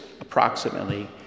approximately